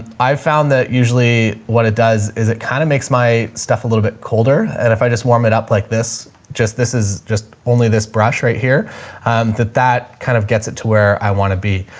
i've found that usually what it does is it kind of makes my stuff a little bit colder and if i just warm it up like this, just this is just only this brush right here that that kind of gets it to where i want to be.